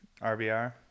RBR